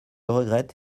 regrette